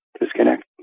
disconnect